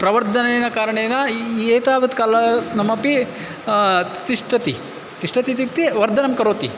प्रवर्धनेन कारणेन एतावत् कालं नामापि तिष्ठति तिष्ठति इत्युक्ते वर्धनं करोति